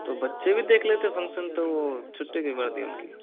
तो बच्चे भी देख लेते फंगक्शन तो छुट्टी क्यों कर दी उनकी